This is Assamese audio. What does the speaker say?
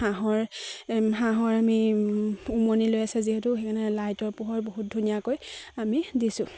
হাঁহৰ হাঁহৰ আমি উমনি লৈ আছে যিহেতু সেইকাৰণে লাইটৰ পোহৰ বহুত ধুনীয়াকৈ আমি দিছোঁ